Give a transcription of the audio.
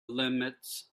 limits